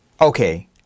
Okay